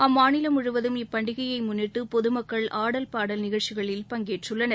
அம்மாநிலம் முழுவதும் இப்பண்டிகையை முன்னிட்டு பொது மக்கள் ஆடல் பாடல் நிகழ்ச்சிகளில் பங்கேற்றுள்ளனர்